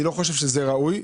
אני לא חושב שזה ראוי,